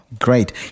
Great